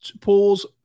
pools